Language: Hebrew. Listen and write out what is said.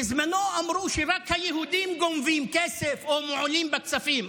בזמנו אמרו שרק היהודים גונבים כסף או מועלים בכספים.